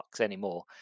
anymore